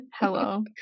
Hello